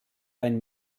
ein